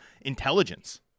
intelligence